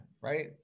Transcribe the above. right